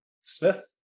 smith